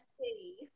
see